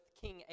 King